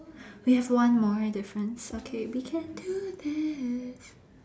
we have one more difference okay we can do this